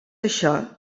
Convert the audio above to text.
això